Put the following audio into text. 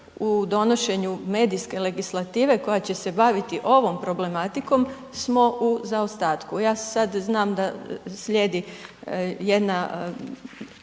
u donošenju medijske legislative koja će se baviti ovom problematikom smo u zaostatku, ja sad znam da slijedi jedna,